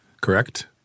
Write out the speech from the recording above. Correct